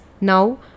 Now